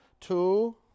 Two